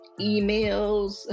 Emails